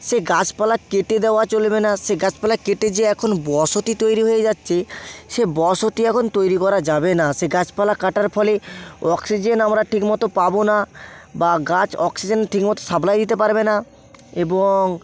সে গাছপালা কেটে দেওয়া চলবে না সে গাছপালা কেটে যে এখন বসতি তৈরি হয়ে যাচ্চে সে বসতি এখন তৈরি করা যাবে না সে গাছপালা কাটার ফলে অক্সিজেন আমরা ঠিকমতো পাবো না বা গাছ অক্সিজেন ঠিকমতো সাপ্লাই দিতে পারবে না এবং